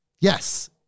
Yes